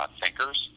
thinkers